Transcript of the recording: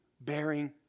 bearing